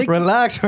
Relax